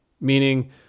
meaning